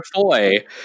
Foy